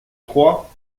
trois